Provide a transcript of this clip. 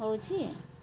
ହେଉଛି